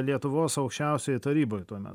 lietuvos aukščiausiojoj taryboj tuomet